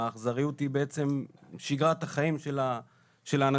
האכזריות היא בעצם שגרת החיים של האנשים.